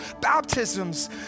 baptisms